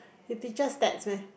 he teaches Stats meh